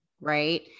right